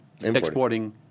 exporting